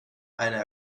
eine